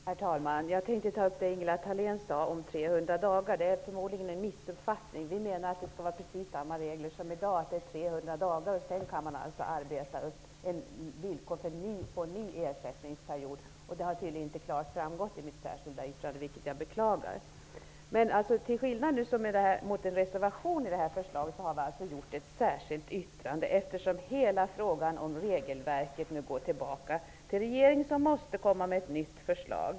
Herr talman! Jag skall ta upp det som Ingela Thalén sade om 300 dagar. Det har förmodligen blivit en missuppfattning. Vi menar att regeln om 300 dagar skall fortsätta att gälla. Sedan skall man kunna arbeta upp villkor för en ny ersättningsperiod. Detta har tydligen inte klart framgått av mitt särskilda yttrande, vilket jag beklagar. Vi skrev ett särskilt yttrande i stället för en reservation, eftersom hela frågan om regelverket går tillbaka till regeringen, som måste komma med ett nytt förslag.